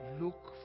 Look